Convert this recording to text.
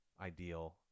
ideal